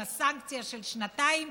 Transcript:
עם הסנקציה של שנתיים,